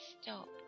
stop